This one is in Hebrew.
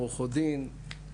עורכות דין,